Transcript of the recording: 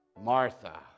Martha